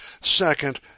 second